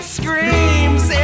screams